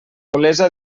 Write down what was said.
olesa